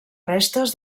restes